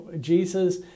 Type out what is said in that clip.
Jesus